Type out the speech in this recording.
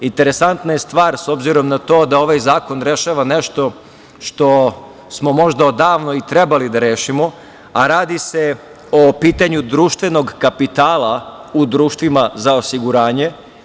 Interesantna je stvar, s obzirom na to da ovaj zakon rešava nešto što smo možda odavno i trebali da rešimo, a radi se o pitanju društvenog kapitala u društvima za osiguranje.